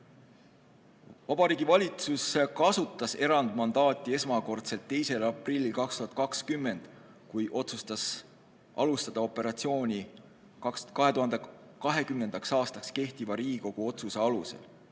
Vabariigi Valitsus kasutas erandmandaati esmakordselt 2. aprillil 2020, kui otsustas alustada operatsiooni 2020. aastaks kehtiva Riigikogu otsuse alusel.